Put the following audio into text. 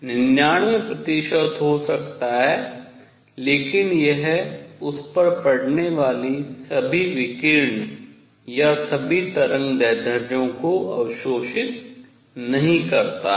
99 प्रतिशत हो सकता है लेकिन यह उस पर पड़ने वाले सभी विकिरण या सभी तरंगदैर्ध्यों को अवशोषित नहीं करता है